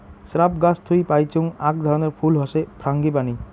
shrub গাছ থুই পাইচুঙ আক ধরণের ফুল হসে ফ্রাঙ্গিপানি